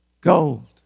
gold